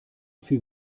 viel